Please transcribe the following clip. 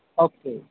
okay